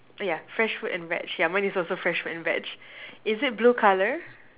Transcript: oh yeah fresh fruit and veg mine is also fresh fruit and veg is it blue colour